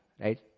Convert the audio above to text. right